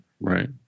right